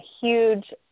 huge